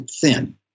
thin